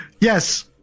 Yes